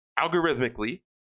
algorithmically